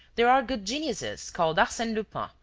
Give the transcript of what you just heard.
there are good geniuses, called arsene lupin,